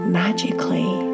magically